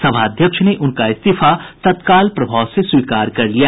सभा अध्यक्ष ने उनका इस्तीफा तत्काल प्रभाव से स्वीकार भी कर लिया